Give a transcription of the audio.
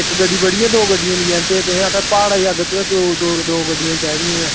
इक्क गड्डी बड़ी ऐ दौ लेई आचै ते प्हाड़े ई अग्ग ते दौ गड्डियां चाही दियां गै